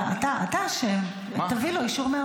אתה, אתה, אתה אשם.